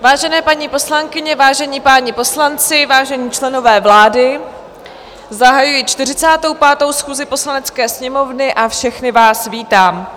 Vážené paní poslankyně, vážení páni poslanci, vážení členové vlády, zahajuji 45. schůzi Poslanecké sněmovny a všechny vás vítám.